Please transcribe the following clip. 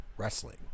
wrestling